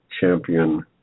champion